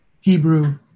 Hebrew